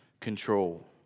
control